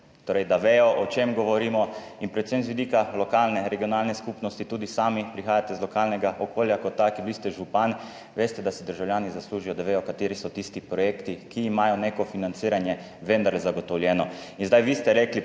torej da vedo, o čem govorimo, in predvsem z vidika lokalne, regionalne skupnosti, tudi sami prihajate iz lokalnega okolja, bili ste župan, veste, da si državljani zaslužijo, da vedo, kateri so tisti projekti, ki imajo neko financiranje vendarle zagotovljeno. In zdaj ste vi rekli,